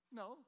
no